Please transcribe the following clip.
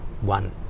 one